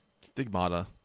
Stigmata